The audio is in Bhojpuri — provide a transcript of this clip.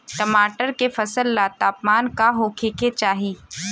टमाटर के फसल ला तापमान का होखे के चाही?